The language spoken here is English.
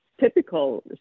typical